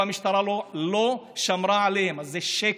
המשטרה אפילו לא שמרה עליהם, אז זה שקר.